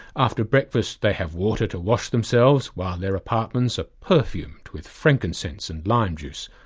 after breakfast they have water to wash themselves, while their apartments are perfumed with frankincense and lime-juice.